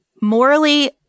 morally